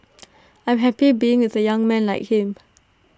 I'm happy being with A young man like him